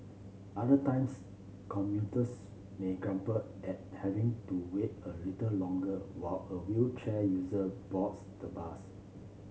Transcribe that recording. other times commuters may grumble at having to wait a little longer while a wheelchair user boards the bus